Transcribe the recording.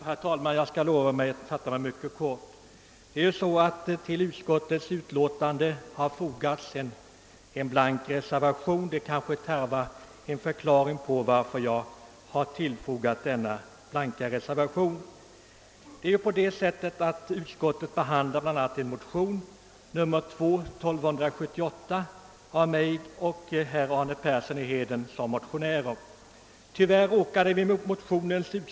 Herr talman! Jag lovar att fatta mig mycket kort. Till utskottets betänkande har jag fogat en blank reservation, och detta tarvar kanske en förklaring.